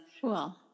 Cool